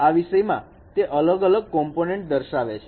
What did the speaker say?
આ વિષયમાં તે અલગ અલગ કમ્પોનન્ટ દર્શાવે છે